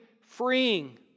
freeing